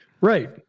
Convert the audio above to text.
Right